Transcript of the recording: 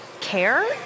care